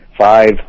Five